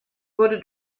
wurde